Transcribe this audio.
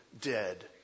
dead